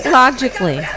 logically